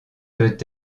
peut